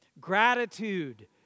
Gratitude